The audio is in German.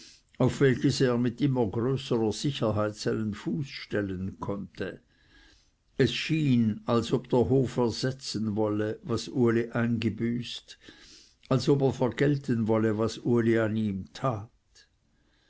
auf welches er mit immer größerer sicherheit seinen fuß stellen konnte es schien als ob der hof ersetzen wolle was uli eingebüßt als ob er vergelten wolle was uli an ihm tat